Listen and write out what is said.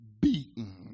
beaten